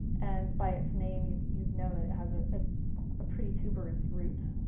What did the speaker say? and by its name, you you know that it has a ah ah pretty tuberous root.